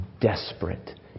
desperate